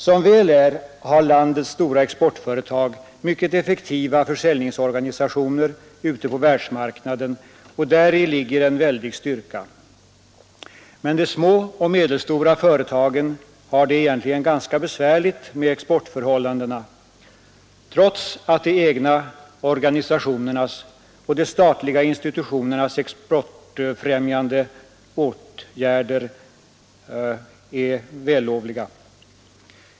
Som väl är har landets stora exportföretag mycket effektiva försäljningsorganisationer ute på världsmarknaden, och däri ligger en väldig styrka. Men de små och medelstora företagen har det egentligen ganska besvärligt med exportförhållandena — trots de egna organisationernas och de statliga institutionernas exportfrämjande åtgärder.